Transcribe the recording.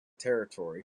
territory